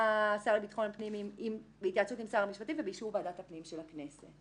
השר לביטחון פנים בהתייעצות עם שר המשפטים ובאישור ועדת הפנים של הכנסת.